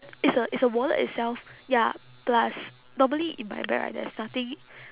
it's a it's a wallet itself ya plus normally in my bag right there's nothing